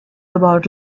about